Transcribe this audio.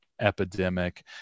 epidemic